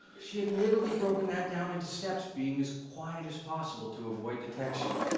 she'd literally broken that down into steps, being as quiet as possible to avoid detection.